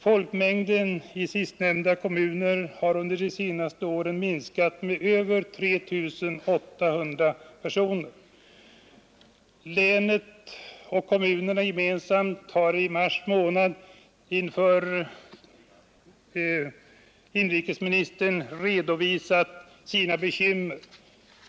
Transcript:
Folkmängden i sistnämnda kommuner har under de senaste åren minskat med över 3 800 personer. Länet och kommunerna har gemensamt i mars månad inför inrikesministern redovisat sina bekymmer.